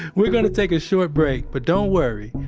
we're gonna take a short break, but don't worry.